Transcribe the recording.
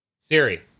Siri